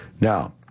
Now